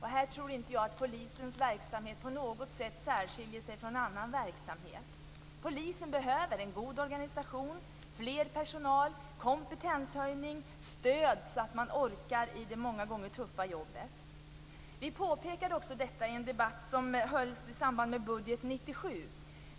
Här tror jag inte att polisens verksamhet på något sätt särskiljer sig från annan verksamhet. Polisen behöver en god organisation, mer personal, kompetenshöjning och stöd så att man orkar i det många gånger tuffa jobbet. Vi påpekade också detta i den debatt som hölls i samband med budget 1997.